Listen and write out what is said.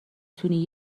تونی